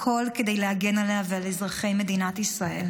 הכול כדי להגן עליה ועל אזרחי מדינת ישראל.